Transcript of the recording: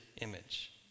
image